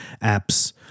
apps